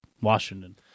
Washington